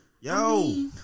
yo